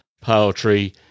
poetry